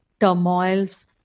turmoils